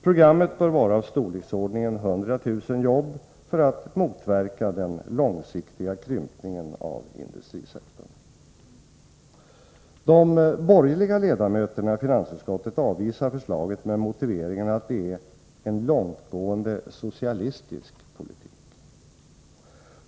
Programmet bör vara av storleksordningen 100 000 jobb, för att motverka den långsiktiga krympningen av industrisektorn. De borgerliga ledamöterna i finansutskottet avvisar förslaget med motiveringen att det är ”en långtgående socialistisk politik”.